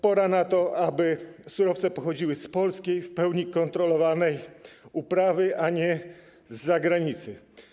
Pora na to, aby surowce pochodziły z polskiej, w pełni kontrolowanej uprawy, a nie z zagranicy.